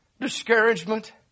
discouragement